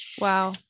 Wow